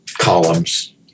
columns